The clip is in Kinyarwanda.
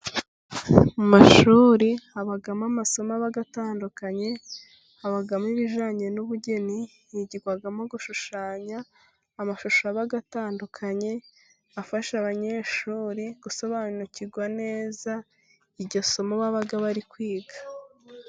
Mu mashuri habamo amasomo aba atandukanye. Habamo ibijyanye n'ubugeni, higirwamo gushushanya amashusho aba atandukanye, afasha abanyeshuri gusobanukirwa neza iryo somo baba bari kwiga.